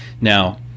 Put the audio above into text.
now